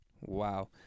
Wow